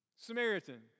Samaritan